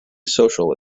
social